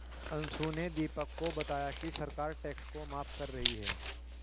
अंशु ने दीपक को बताया कि सरकार टैक्स को माफ कर रही है